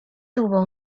tuvo